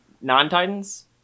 non-titans